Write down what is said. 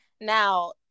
now